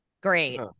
great